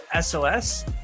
sos